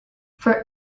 for